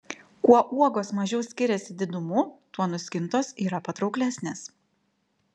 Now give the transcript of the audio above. kuo uogos mažiau skiriasi didumu tuo nuskintos yra patrauklesnės